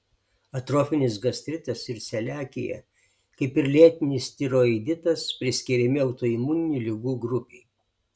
atrofinis gastritas ir celiakija kaip ir lėtinis tiroiditas priskiriami autoimuninių ligų grupei